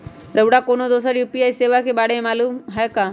रउरा कोनो दोसर यू.पी.आई सेवा के बारे मे मालुम हए का?